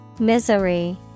Misery